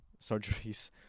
Surgeries